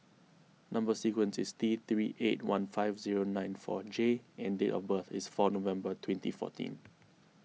Number Sequence is T three eight one five zero nine four J and date of birth is four November twenty fourteen